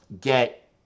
get